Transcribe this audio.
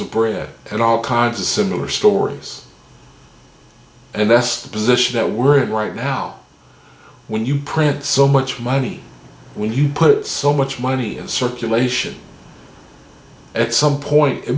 of bread and all kinds of similar stories and that's the position that we're in right now when you print so much money when you put so much money in circulation at some point it